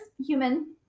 human